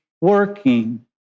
working